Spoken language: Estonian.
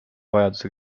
vajaduse